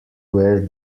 where